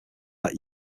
that